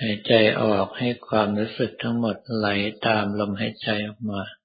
หายใจออกให้ความรู้สึกทั้งหมดไหลตามลมหายใจออกมา